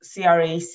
CRAC